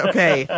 Okay